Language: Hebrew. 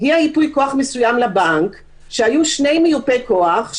הגיע ייפוי כוח מסוים לבנק שבו היו שני מיופי כוח,